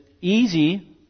easy